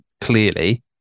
clearly